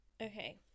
okay